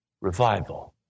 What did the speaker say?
Revival